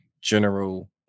general